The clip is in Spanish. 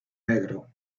negro